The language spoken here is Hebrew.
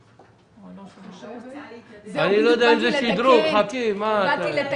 הוספת סעיף 2א 1. אחרי